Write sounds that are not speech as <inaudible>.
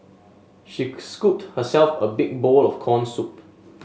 she <unintelligible> scooped herself a big bowl of corn soup